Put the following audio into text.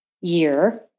year